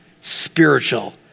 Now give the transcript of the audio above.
spiritual